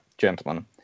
gentlemen